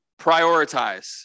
prioritize